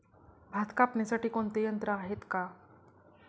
भात कापणीसाठी कोणते यंत्र आहेत का?